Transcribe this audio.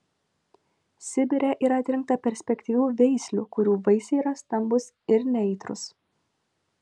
sibire yra atrinkta perspektyvių veislių kurių vaisiai yra stambūs ir neaitrūs